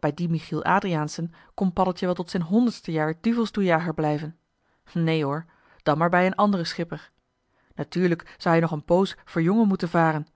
bij dien michiel adriaensen kon paddeltje wel tot zijn honderdste jaar duvelstoejager blijven neen hoor dan maar bij een anderen schipper natuurlijk zou hij nog een poos voor jongen moeten varen